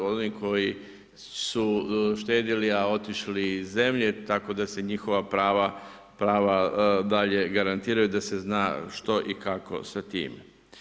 Oni koji su štedjeli, a otišli iz zemlje, tako da se njihova prava dalje garantiraju, da se zna što i kako sa tim.